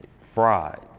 Fried